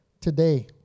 today